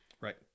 Right